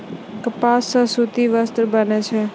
कपास सॅ सूती वस्त्र बनै छै